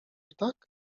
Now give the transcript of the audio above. ptak